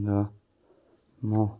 र म